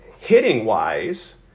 hitting-wise